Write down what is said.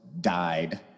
died